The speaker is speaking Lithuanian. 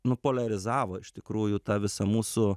nu poliarizavo iš tikrųjų tą visą mūsų